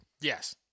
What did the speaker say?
Yes